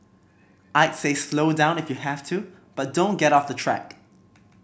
I'd say slow down if you have to but don't get off the track